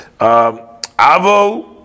Avol